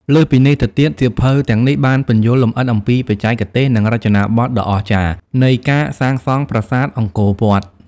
លើសពីនេះទៅទៀតសៀវភៅទាំងនេះបានពន្យល់លម្អិតអំពីបច្ចេកទេស និងរចនាបថដ៏អស្ចារ្យនៃការសាងសង់ប្រាសាទអង្គរវត្ត។